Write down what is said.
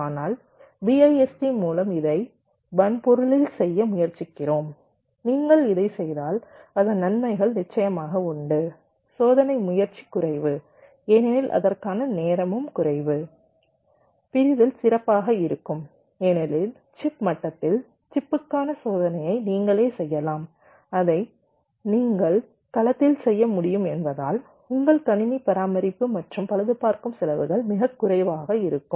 ஆனால் BIST மூலம் இதை வன்பொருளில் செய்ய முயற்சிக்கிறோம் நீங்கள் இதை செய்தால் அதன் நன்மைகள் நிச்சயமாக உண்டு சோதனை முயற்சி குறைவு ஏனெனில் அதற்கான நேரம் குறைவு கண்டறிதல் சிறப்பாக இருக்கும் ஏனெனில் சிப் மட்டத்தில் சிப்புக்கான சோதனையை நீங்களே செய்யலாம் அதை நீங்கள் களத்தில் செய்ய முடியும் என்பதால் உங்கள் கணினி பராமரிப்பு மற்றும் பழுதுபார்க்கும் செலவுகள் மிகக் குறைவாக இருக்கும்